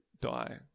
die